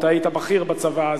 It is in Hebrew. אתה היית בכיר בצבא אז.